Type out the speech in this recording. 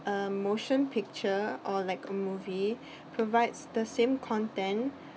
a motion picture or like a movie provides the same content